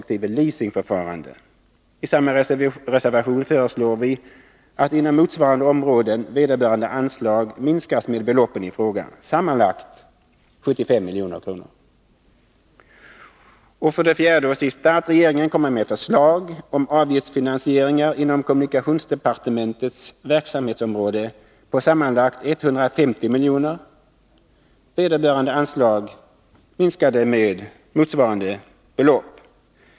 leasingförfarande. I samma reservation föreslår vi att vederbörande anslag inom motsvarande områden minskas med beloppen i fråga, sammanlagt 75 milj.kr., 4. att regeringen kommer med förslag om avgiftsfinansieringar inom kommunikationsdepartementets verksamhetsområde på sammanlagt 150 milj.kr. samt att vederbörande anslag minskas med motsvarande belopp.